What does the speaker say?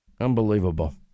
Unbelievable